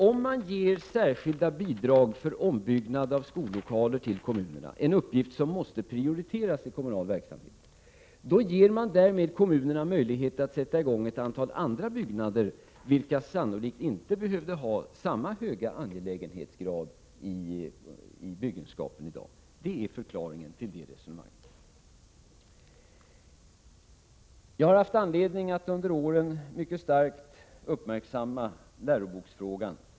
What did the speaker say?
Om man ger kommunerna särskilda bidrag för ombyggnad av skollokaler — en uppgift som måste prioriteras i kommunal verksamhet — ges de därmed möjlighet att sätta i gång ett antal andra byggen, vilka sannolikt inte behöver ha samma höga angelägenhetsgrad i dagens byggenskap. Det är förklaringen till detta resonemang. Jag har under årens lopp haft anledning att mycket noga uppmärksamma läroboksfrågan.